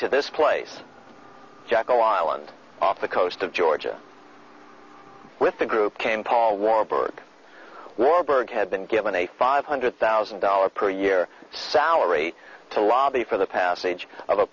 to this place jekyll island off the coast of georgia with the group came paul warburg robert had been given a five hundred thousand dollar per year salary to lobby for the passage of a